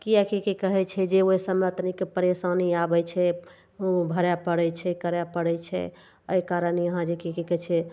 किएक कि की कहय छै जे ओइ सबमे तनिक परेशानी आबय छै भरय पड़य छै करय पड़य छै अइ कारण यहाँ जे कि की कहय छै